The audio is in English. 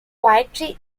poetry